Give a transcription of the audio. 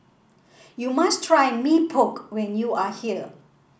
you must try Mee Pok when you are here